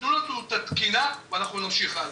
תנו לנו את התקינה ואנחנו נמשיך הלאה.